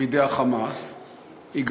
בידי ה"חמאס"; היא,